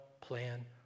plan